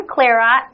Clara